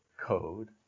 code